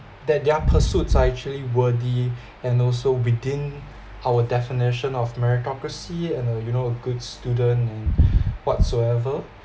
that their pursuits actually worthy and also within our definition of meritocracy and uh you know a good student and whatsoever